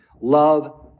Love